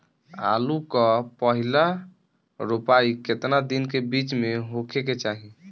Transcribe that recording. आलू क पहिला रोपाई केतना दिन के बिच में होखे के चाही?